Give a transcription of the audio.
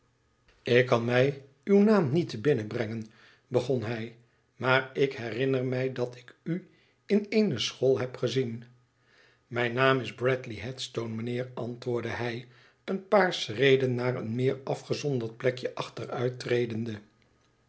ik kan mij uw naam niet te binnen brengen begon hij maar ik herinner mij dat ik u in eene school heb gezien imijn naam isbradley headstone mijnheer antwoordde hij een paar schreden naar een meer afgezonderd plekje